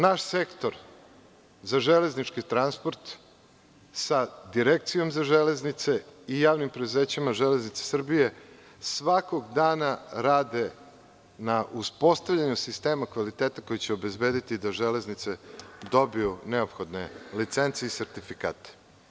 Naš sektor za železnički transport sa Direkcijom za železnice i javnim preduzećima „Železnice Srbije“, svakog dana rade na uspostavljaju sistema kvaliteta koji će obezbediti da železnice dobiju neophodne licence i sertifikate.